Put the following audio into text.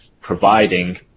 providing